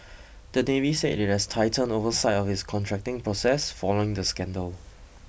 the Navy said it has tightened oversight of its contracting process following the scandal